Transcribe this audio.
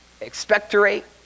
expectorate